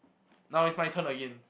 now it's my turn again